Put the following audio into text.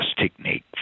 technique